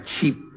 cheap